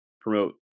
promote